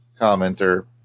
commenter